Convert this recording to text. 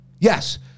Yes